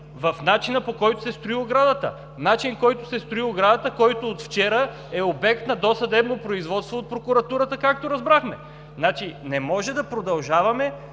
в начина, по който се строи оградата. Начин, който от вчера е обект на досъдебно производство от прокуратурата, както разбрахме. Не може да продължаваме